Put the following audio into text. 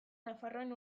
nafarroaren